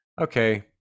okay